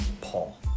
Paul